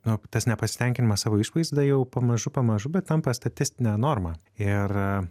nu tas nepasitenkinimas savo išvaizda jau pamažu pamažu bet tampa statistine norma ir